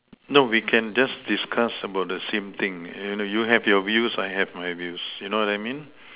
no we can just discuss about the same thing you have your views I have my views you know what I mean